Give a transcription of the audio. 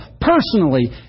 personally